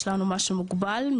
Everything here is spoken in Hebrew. יש לנו משהו מוגבל,